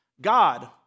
God